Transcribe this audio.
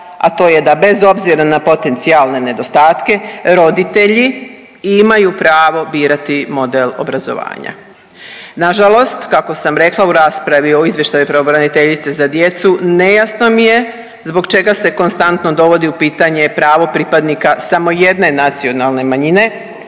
a to je da bez obzira na potencijalne nedostatke roditelji imaju pravo birati model obrazovanja. Nažalost kako sam rekla u raspravu o izvještaju pravobraniteljice za djecu nejasno mi je zbog čega se konstantno dovodi u pitanje pravo pripadnika samo jedne nacionalne manjine,